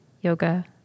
Yoga